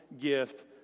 gift